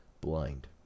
blind